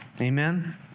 Amen